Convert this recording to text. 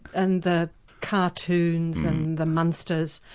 and the cartoons and the munsters,